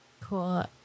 cool